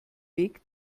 weg